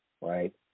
right